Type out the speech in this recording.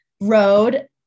road